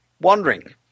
wandering